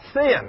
sin